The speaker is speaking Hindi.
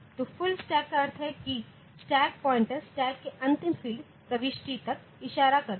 तो फुल स्टैक का अर्थ है कि स्टैक पॉइंटर स्टैक में अंतिम फ़ील्ड प्रविष्टि तक इशारा करता है